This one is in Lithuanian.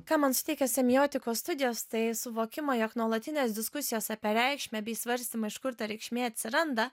ką man suteikė semiotikos studijos tai suvokimą jog nuolatinės diskusijos apie reikšmę bei svarstymą iš kur ta reikšmė atsiranda